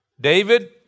David